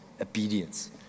Obedience